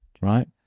right